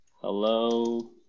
Hello